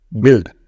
build